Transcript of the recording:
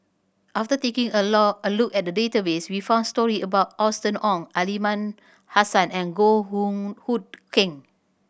after taking a look at database we found story about Austen Ong Aliman Hassan and Goh Hood Keng